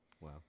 wow